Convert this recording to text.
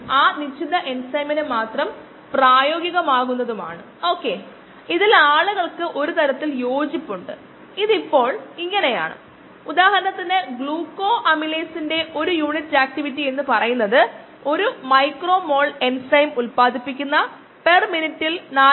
അതാണ് ആദ്യത്തെ ചോദ്യം ഇത് ഏത് തരത്തിലുള്ള മത്സരമാണ്